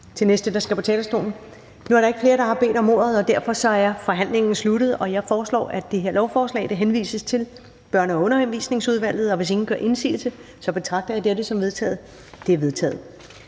den næste, der skal på talerstolen. Nu er der ikke flere, der har bedt om ordet, og derfor er forhandlingen sluttet. Jeg foreslår, at lovforslaget henvises til Børne- og Undervisningsudvalget. Hvis ingen gør indsigelse, betragter jeg dette som vedtaget. Det er vedtaget.